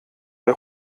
der